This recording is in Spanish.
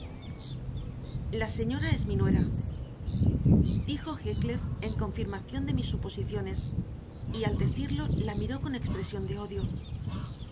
la señora es mi nuera dijo heathcliff en confirmación de mis suposiciones y al decirlo la miró con expresión de odio